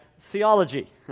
theology